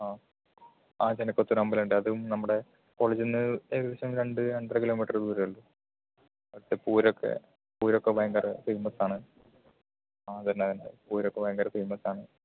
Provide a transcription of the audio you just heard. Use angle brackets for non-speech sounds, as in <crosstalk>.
ആ അത് തന്നെ <unintelligible> അമ്പലം ഉണ്ട് അതും നമ്മുടെ കോളെജിന്ന് ഏകദേശം രണ്ട് രണ്ടര കിലോമീറ്റർ ദൂരോള്ളു പൂരോക്കെ പൂരോക്കെ ഭയങ്കര ഫേമസാണ് ആ അതെന്നെ അതന്നെ പൂരോക്കേ ഭയങ്കര ഫേമസാണ്